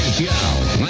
show